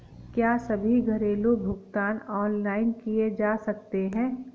क्या सभी घरेलू भुगतान ऑनलाइन किए जा सकते हैं?